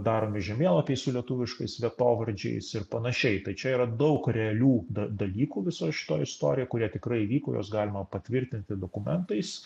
daromi žemėlapiai su lietuviškais vietovardžiais ir panašiai tai čia yra daug realių da dalykų visoj šitoj istorijoj kurie tikrai įvyko juos galima patvirtinti dokumentais